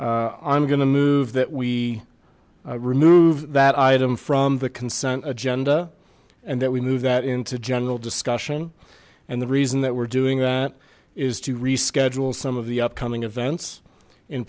i'm gonna move that we remove that item from the consent agenda and that we move that into general discussion and the reason that we're doing that is to reschedule some of the upcoming events in